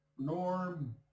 Norm